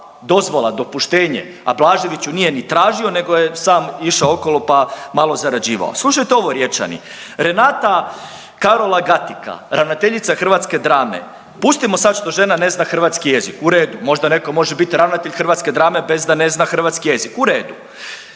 dozvola, dopuštenje, a Blažević ju nije ni tražio nego je sam išao okolo pa malo zarađivao. Slušajte ovo Riječani, Renata Carola Gatica ravnateljica hrvatske drame, pustimo sad što žena ne zna hrvatski jezik, u redu možda netko može biti ravnatelj hrvatske drame bez da ne zna hrvatski jezik, u redu,